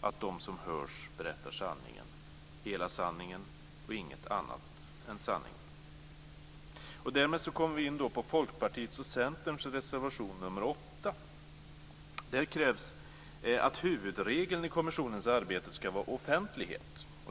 att de som hörs berättar sanningen - hela sanningen och inget annat än sanningen. Därmed kommer vi in på Folkpartiets och Centerns reservation nr 8. Där krävs det att huvudregeln i kommissionens arbete ska vara offentlighet.